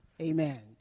Amen